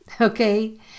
Okay